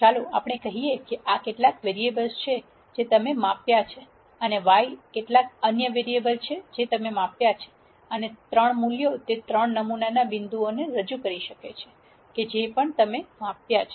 ચાલો આપણે કહીએ કે આ કેટલાક વેરીએબલ છે જે તમે માપ્યા છે અને Y કેટલાક અન્ય વેરીએબલ છે જે તમે માપ્યા છે અને 3 મૂલ્યો તે 3 નમૂના બિંદુઓને રજૂ કરી શકે છે કે જેના પર તમે આ માપ્યા છે